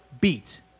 beat